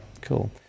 Cool